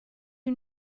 you